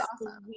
awesome